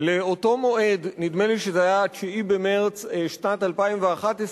לאותו מועד, נדמה לי שזה היה ה-9 במרס שנת 2011,